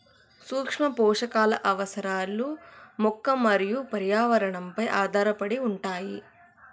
సూక్ష్మపోషకాల అవసరాలు మొక్క మరియు పర్యావరణంపై ఆధారపడి ఉంటాయి